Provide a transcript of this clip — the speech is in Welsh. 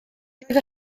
roedd